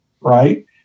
right